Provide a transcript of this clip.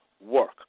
work